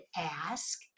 ask